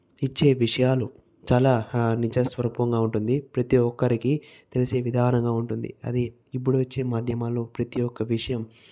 ఇచ్చే విషయాలు చాలా నిజా స్వరూపంగా ఉంటుంది ప్రతి ఒక్కరికి తెలిసే విధానంగా ఉంటుంది అది ఇప్పుడు ఇచ్చే మాధ్యమాల్లో ప్రతి ఒక్క విషయం